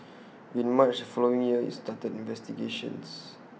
in March the following year IT started investigations